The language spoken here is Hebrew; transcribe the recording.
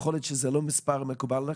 יכול להיות שהמספר לא מקובל עליכם.